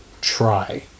try